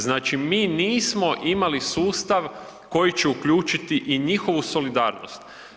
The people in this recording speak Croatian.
Znači mi nismo imali sustav koji će uključiti i njihovu solidarnost.